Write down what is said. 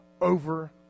over